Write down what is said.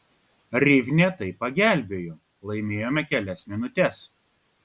rivne tai pagelbėjo laimėjome kelias minutes